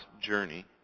journey